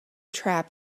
trap